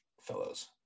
fellows